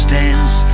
dance